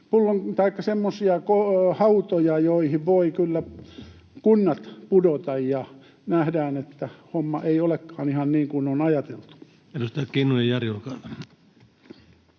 nyt semmoisia hautoja, joihin voivat kyllä kunnat pudota, ja nähdään, että homma ei olekaan ihan niin kuin on ajateltu. [Speech 191] Speaker: